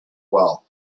well